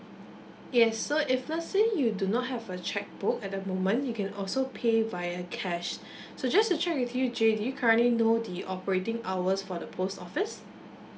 yes so if let's say you do not have a cheque book at the moment you can also pay via cash so just to check with you jay do you currently know the operating hours for the post office